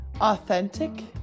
authentic